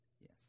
Yes